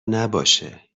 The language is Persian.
نباشه